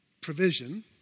provision